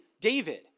David